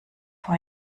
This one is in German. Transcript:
vor